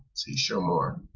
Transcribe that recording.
see show more,